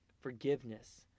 Forgiveness